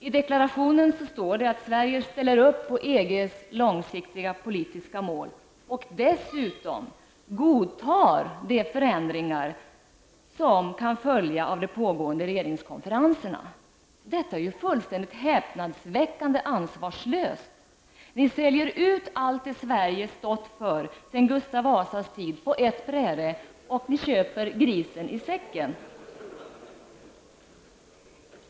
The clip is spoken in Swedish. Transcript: I deklarationen står det att Sverige ställer upp på EGs långsiktiga politiska mål och dessutom godtar de förändringar som kan följa av de pågående regeringskonferenserna. Detta är fullständigt häpnadsväckande ansvarslöst! Ni säljer ut allt det som Sverige har stått för sedan Gustav Vasas tid på ett bräde och köper grisen i säcken.